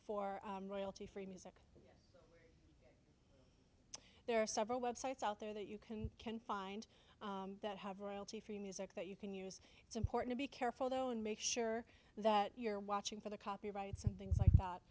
for royalty free music there are several websites out there that you can can find that have royalty free music that is it's important to be careful though and make sure that you're watching for the copyrights and things like that